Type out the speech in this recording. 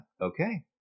okay